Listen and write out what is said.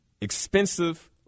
expensive